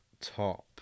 top